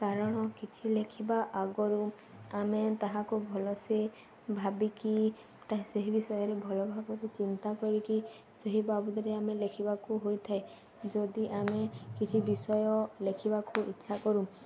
କାରଣ କିଛି ଲେଖିବା ଆଗରୁ ଆମେ ତାହାକୁ ଭଲସେ ଭାବିକି ସେହି ବିଷୟରେ ଭଲ ଭାବରେ ଚିନ୍ତା କରିକି ସେହି ବାବଦରେ ଆମେ ଲେଖିବାକୁ ହୋଇଥାଏ ଯଦି ଆମେ କିଛି ବିଷୟ ଲେଖିବାକୁ ଇଚ୍ଛା କରୁ